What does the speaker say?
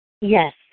Yes